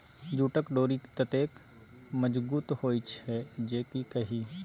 जूटक डोरि ततेक मजगुत होए छै जे की कही